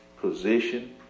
position